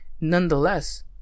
nonetheless